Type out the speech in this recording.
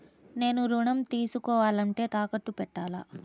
నేను ఋణం తీసుకోవాలంటే తాకట్టు పెట్టాలా?